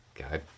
Okay